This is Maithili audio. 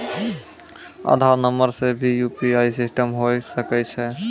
आधार नंबर से भी यु.पी.आई सिस्टम होय सकैय छै?